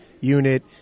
unit